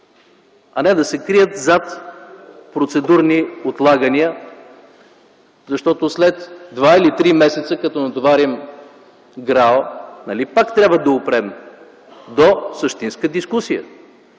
а не да се крият зад процедурни отлагания, защото след два или три месеца, като натоварим ГРАО, нали пак трябва да опрем до същинска дискусия?